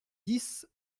dix